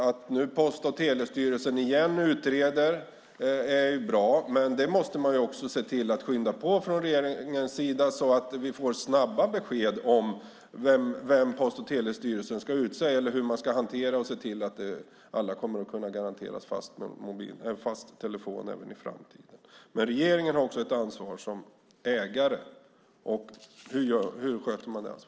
Att Post och telestyrelsen utreder igen är bra, men regeringen måste se till att skynda på detta så att vi får snabba besked om vem Post och telestyrelsen ska utse eller hur man ska se till att alla kommer att kunna garanteras en fast telefon även i framtiden. Regeringen har dock också ett ansvar som ägare. Hur sköter man det ansvaret?